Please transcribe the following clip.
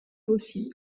aussi